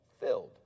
filled